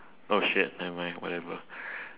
oh shit never mind whatever